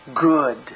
good